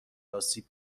آسیب